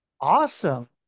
awesome